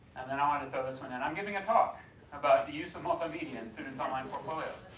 and then i like to throw this one in. i'm giving a talk about the use of multimedia in students' online portfolios.